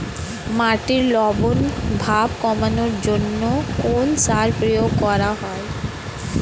মাটির লবণ ভাব কমানোর জন্য কোন সার প্রয়োগ করা হয়?